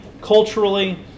culturally